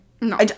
No